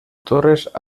torres